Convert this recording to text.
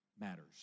matters